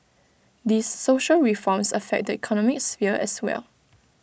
these social reforms affect the economic sphere as well